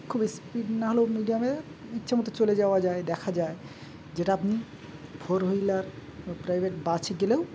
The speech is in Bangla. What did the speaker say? খুব স্পিড না হলেও মিডিয়ামে ইচ্ছে মতো চলে যাওয়া যায় দেখা যায় যেটা আপনি ফোর হুইলার বা প্রাইভেট বাসে গেলেও